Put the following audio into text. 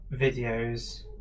videos